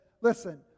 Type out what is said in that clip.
listen